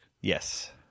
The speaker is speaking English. Yes